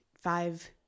five